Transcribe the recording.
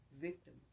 victim